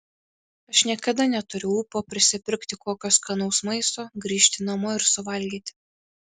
aš niekada neturiu ūpo prisipirkti kokio skanaus maisto grįžti namo ir suvalgyti